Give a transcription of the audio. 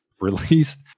released